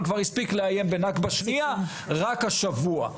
אבל כבר הספיק לאיים בנכבה שנייה רק השבוע.